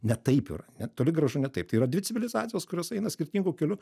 ne taip yra toli gražu ne taip tai yra dvi civilizacijos kurios eina skirtingu keliu